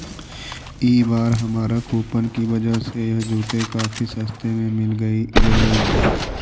ई बार हमारा कूपन की वजह से यह जूते काफी सस्ते में मिल गेलइ